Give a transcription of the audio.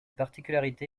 particularités